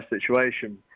situation